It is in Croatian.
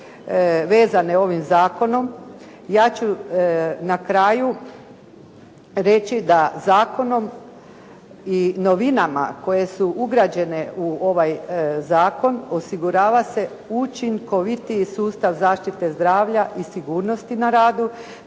vezane ovim zakonom. Ja ću na kraju reći da zakonom i novinama koje su ugrađene u ovaj zakon osigurava se učinkovitiji sustav zaštite zdravlja i sigurnosti na radu,